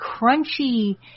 crunchy